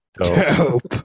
dope